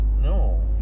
no